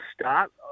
start